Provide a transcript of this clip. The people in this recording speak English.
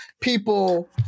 people